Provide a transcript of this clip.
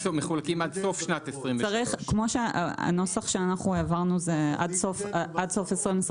מחולקים עד סוף שנת 2023. הנוסח שאנחנו העברנו זה עד סוף 2022,